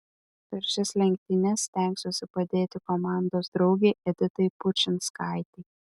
per šias lenktynes stengsiuosi padėti komandos draugei editai pučinskaitei